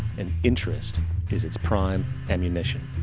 and interest is its prime ammunition.